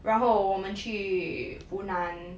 然后我们去 funan